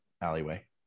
alleyway